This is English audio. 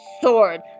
sword